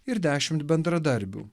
ir dešimt bendradarbių